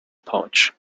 pouch